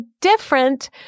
different